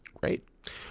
Great